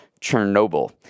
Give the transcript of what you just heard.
Chernobyl